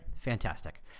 Fantastic